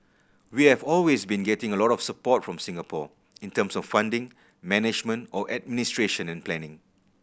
we have always been getting a lot of support from Singapore in terms of funding management or administration and planning